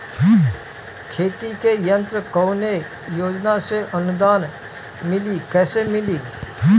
खेती के यंत्र कवने योजना से अनुदान मिली कैसे मिली?